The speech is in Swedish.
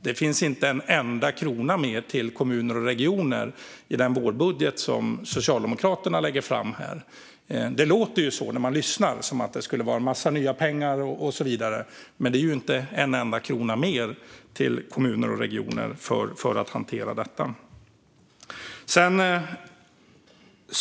Det finns inte en enda krona mer till kommuner och regioner i den vårbudget som Socialdemokraterna lägger fram här. Det låter som att det skulle vara en massa nya pengar, men det är inte en enda krona mer till kommuner och regioner för att hantera detta.